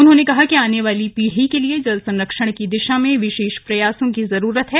उन्होंने कहा कि आने वाली पीढ़ी के लिए जल संरक्षण की दिशा में विशेष प्रयासों की जरूरत है